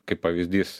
kaip pavyzdys